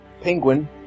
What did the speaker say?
Penguin